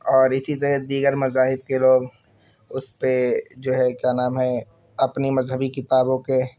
اور اسی طرح دیگر مذاہب کے لوگ اس پہ جو ہے کیا نام ہے اپنی مذہبی کتابوں کے